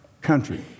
country